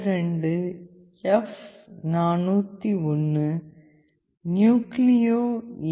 32எப்401 Nucleo A